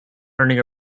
earning